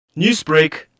Newsbreak